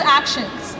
actions